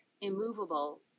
immovable